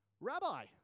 Rabbi